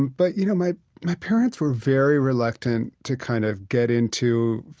but, you know, my my parents were very reluctant to kind of get into,